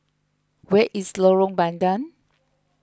where is Lorong Bandang